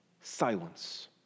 Silence